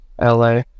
LA